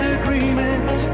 agreement